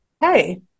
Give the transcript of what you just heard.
hey